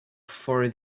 for